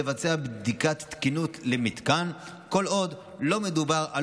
לבצע בדיקת תקינות למתקן כל עוד לא מדובר על